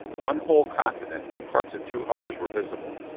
one whole continent and parts of two others were visible.